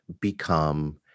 become